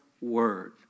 word